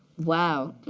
wow.